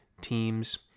teams